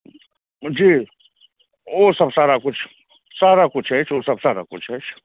जी ओ सब सारा किछु सारा किछु अछि ओ सब सारा किछु अछि